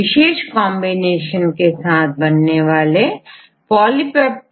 यह चेन विशेष amino acid residue के जुड़ने से अलग प्रोटीन बनाती हैं और इनके कार्य अलग होते हैं